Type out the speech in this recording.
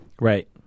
Right